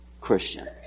Christian